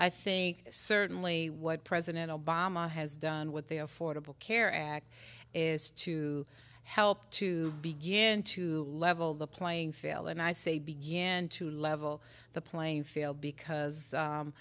i think certainly what president obama has done what they are affordable care act is to help to begin to level the playing field and i say began to level the playing field because